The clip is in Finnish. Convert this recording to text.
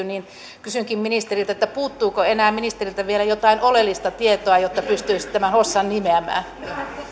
niin kysynkin ministeriltä puuttuuko ministeriltä vielä jotain oleellista tietoa jotta pystyisi tämän hossan nimeämään